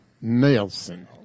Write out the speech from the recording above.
Nelson